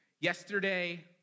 Yesterday